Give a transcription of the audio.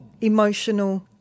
emotional